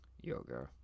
yoga